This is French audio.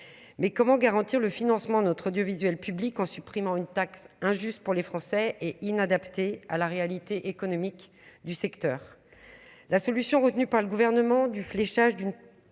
mais comment garantir le financement notre audiovisuel public en supprimant une taxe injuste pour les Français et inadapté à la réalité économique du secteur,